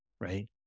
Right